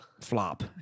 Flop